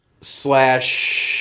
slash